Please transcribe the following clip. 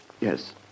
Yes